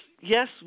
yes